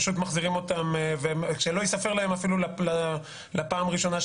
פשוט מחזירים אותם שלא ייספר להם אפילו לפעם הראשונה,